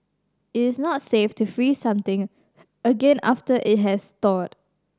it is not safe to freeze something again after it has thawed